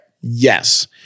Yes